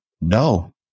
No